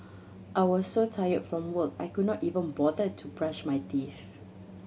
I was so tired from work I could not even bother to brush my teeth